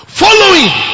following